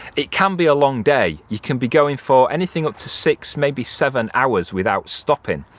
it can be a long day you can be going for anything up to six maybe seven hours without stopping,